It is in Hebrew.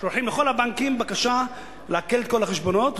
שולחים לכל הבנקים בקשה לעקל את כל החשבונות,